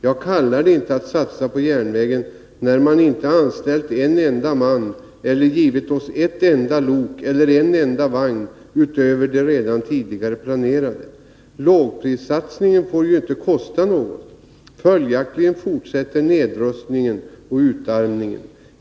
Jag kallar det inte att satsa på järnvägen, när man inte anställt en enda man eller givit oss ett enda lok eller en enda vagn utöver de redan tidigare planerade. Lågprissatsningen får ju inte kosta något. Följaktligen fortsätter nedrustningen och utarmningen.